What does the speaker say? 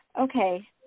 okay